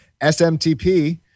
SMTP